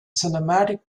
cinematic